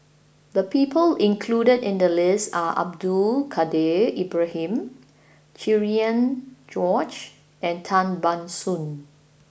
the people included in the list are Abdul Kadir Ibrahim Cherian George and Tan Ban Soon